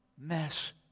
mess